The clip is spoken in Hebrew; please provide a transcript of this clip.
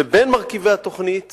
ובין מרכיבי התוכנית